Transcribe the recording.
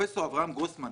פרופסור אברהם גרוסמן,